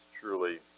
truly